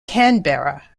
canberra